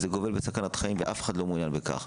זה גובל בסכנת חיים ואף אחד לא מעוניין בכך.